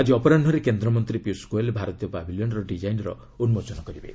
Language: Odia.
ଆଜି ଅପରାହ୍ନରେ କେନ୍ଦ୍ରମନ୍ତ୍ରୀ ପିୟୁଷ୍ ଗୋଏଲ୍ ଭାରତୀୟ ପାଭିଲିୟନ୍ର ଡିକାଇନ୍ର ଉନ୍କୋଚନ କରିବେ